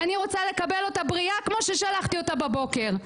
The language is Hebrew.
אני רוצה לקבל אותה בריאה כמו ששלחתי אותה בבוקר.